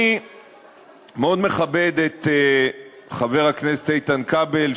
אני מאוד מכבד את חבר הכנסת איתן כבל,